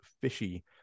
fishy